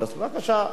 בבקשה.